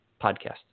podcast